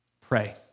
pray